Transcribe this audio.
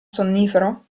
sonnifero